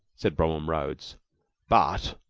said bromham rhodes but